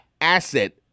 Asset